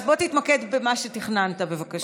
אז בוא תתמקד במה שתכננת, בבקשה.